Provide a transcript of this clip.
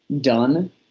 done